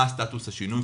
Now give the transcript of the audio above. מה סטטוס השינוי,